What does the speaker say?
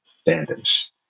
standards